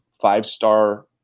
five-star